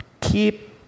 keep